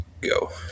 go